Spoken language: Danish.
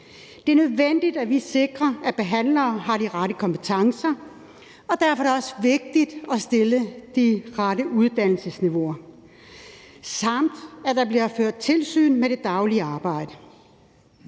Det er nødvendigt, at vi sikrer, at behandlere har de rette kompetencer, og derfor er det også vigtigt, at der er de rette uddannelsesniveauer, samt at der bliver ført tilsyn med det daglige arbejde.